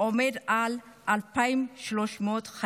הרשמי מאז אירועי 7 באוקטובר עומד על כ-2,300 חיילים,